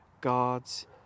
God's